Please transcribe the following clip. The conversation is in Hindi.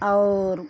और